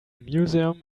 museum